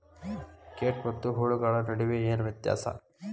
ಕೇಟ ಮತ್ತು ಹುಳುಗಳ ನಡುವೆ ಏನ್ ವ್ಯತ್ಯಾಸ?